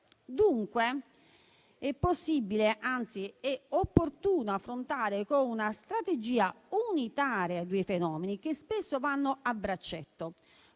Dunque, è possibile, anzi è opportuno affrontare con una strategia unitaria i due fenomeni che spesso vanno a braccetto.